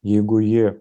jeigu ji